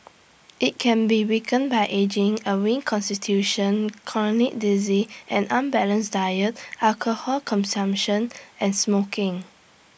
IT can be weakened by ageing A weak Constitution chronic diseases and unbalanced diet alcohol consumption and smoking